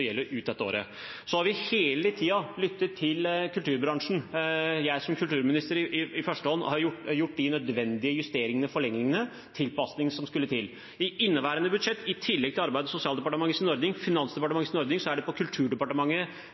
gjelder ut dette året. Vi har hele tiden lyttet til kulturbransjen, og jeg som kulturminister har i første omgang gjort de nødvendige justeringene, forlengelsene og tilpasningene som skulle til. I inneværende års budsjett har man, i tillegg til Arbeids- og sosialdepartementets ordning og Finansdepartementets ordning, i Kulturdepartementets budsjett alene fått en økning på